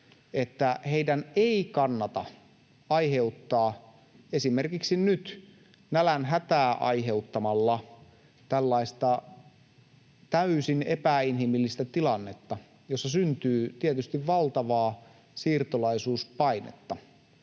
että heidän ei kannata aiheuttaa, esimerkiksi nyt nälänhätää aiheuttamalla, tällaista täysin epäinhimillistä tilannetta, jossa syntyy tietysti valtavaa siirtolaisuuspainetta.